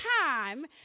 time